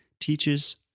teaches